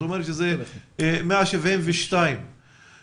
את אומרת שהסכום הוא 172 מיליון שקלי.